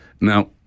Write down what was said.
Now